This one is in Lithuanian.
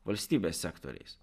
valstybės sektoriais